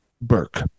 burke